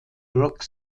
rock